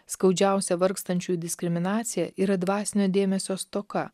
skaudžiausia vargstančių diskriminacija yra dvasinio dėmesio stoka